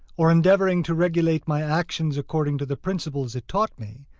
or endeavoring to regulate my actions according to the principles it taught me,